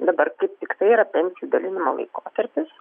dabar kaip tiktai yra pensijų dalinimo laikotarpis